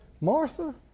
Martha